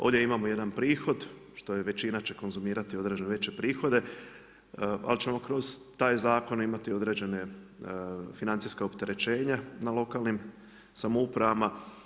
Ovdje imamo jedan prihod što je većina će konzumirati određene veće prihode, ali ćemo kroz taj zakon imati i određena financijska opterećenja na lokalnim samoupravama.